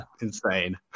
insane